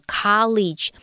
college 。